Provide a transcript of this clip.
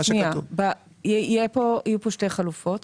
יהיו פה שתי חלופות,